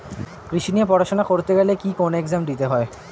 কৃষি নিয়ে পড়াশোনা করতে গেলে কি কোন এগজাম দিতে হয়?